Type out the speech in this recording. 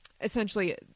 Essentially